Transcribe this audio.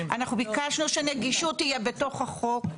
אנחנו ביקשנו שנגישות יהיה בתוך החוק,